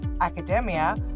academia